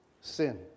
Sin